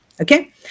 Okay